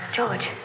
George